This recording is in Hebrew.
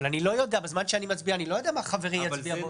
אבל בזמן שאני מצביע אני לא יודע מה חברי יצביע.